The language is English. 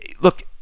look